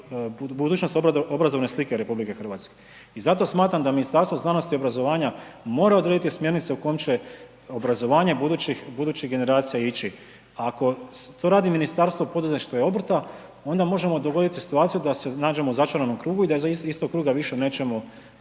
budućnost obrazovne slike RH. I zato smatram da Ministarstvo znanosti i obrazovanja mora odrediti smjernice u kom će obrazovanje budućih generacija ići. Ako to radi Ministarstvo poduzetništva i obrta, onda se može dogoditi situacija da se nađemo u začaranom krugu i da iz tog kruga nećemo